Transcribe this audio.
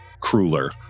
crueler